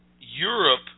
Europe